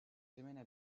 semaines